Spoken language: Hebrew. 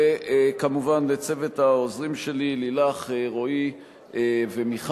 כמובן לצוות העוזרים שלי, לילך, רועי ומיכל.